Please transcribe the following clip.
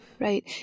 right